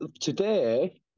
today